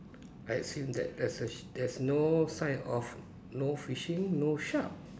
I assume that there's a sh~ there's no sign of no fishing no shark